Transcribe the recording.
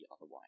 otherwise